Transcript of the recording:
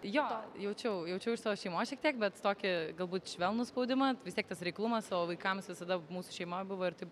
jo jaučiau jaučiau iš savo šeimos šiek tiek bet tokį galbūt švelnų spaudimą vis tiek tas reiklumas savo vaikams visada mūsų šeimoj buvo ir taip